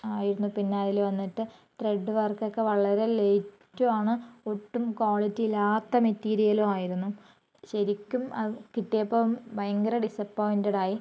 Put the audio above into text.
ആയിരുന്നു പിന്നെ അതിൽ വന്നിട്ട് ത്രെഡ് വർക്കൊക്കെ വളരെ ലൈറ്റും ആണ് ഒട്ടും ക്വാളിറ്റി ഇല്ലാത്ത മെറ്റീരിയലും ആയിരുന്നു ശരിക്കും കിട്ടിയപ്പോൾ ഭയങ്കര ഡിസപ്പോയിൻറ്റഡായി